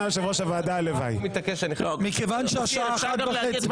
אני מאוד מעוניין בחקיקה של הסעיף הזה כי הסעיף הזה